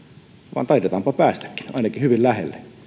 vaan taidetaanpa päästäkin ainakin hyvin lähelle